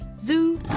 Zoo